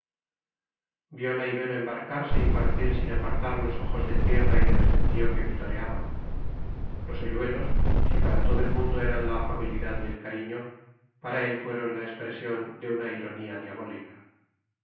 adiós viola ibero embarcarse y partir sin apartar los ojos de tierra y del gentío que vitoreaba los hoyuelos si para todo el mundo eran la afabilidad y el cariño para él fueron la expresión de una ironía diabólica